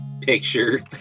picture